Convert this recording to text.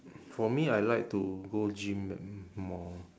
for me I like to go gym and more